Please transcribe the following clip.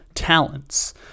Talents